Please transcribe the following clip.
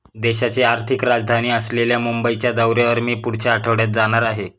देशाची आर्थिक राजधानी असलेल्या मुंबईच्या दौऱ्यावर मी पुढच्या आठवड्यात जाणार आहे